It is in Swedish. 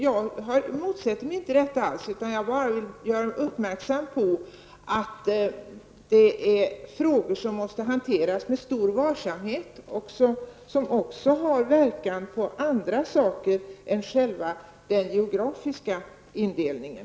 Jag motsätter mig inte alls detta, utan jag vill bara göra er uppmärksamma på att det är frågor som måste hanteras med stor varsamhet. De har även verkan på andra saker än själva den geografiska indelningen.